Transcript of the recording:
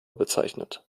bezeichnet